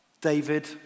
David